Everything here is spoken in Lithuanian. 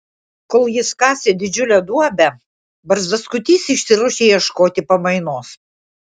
kol jis kasė didžiulę duobę barzdaskutys išsiruošė ieškoti pamainos